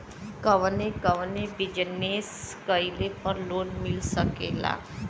कवने कवने बिजनेस कइले पर लोन मिल सकेला?